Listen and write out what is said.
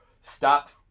stop